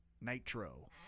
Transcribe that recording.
Nitro